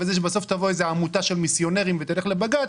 שבסוף תבוא איזה עמותה של מיסיונרים ותלך לבג"ץ,